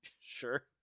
Sure